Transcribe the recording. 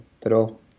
pero